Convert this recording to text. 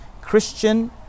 Christian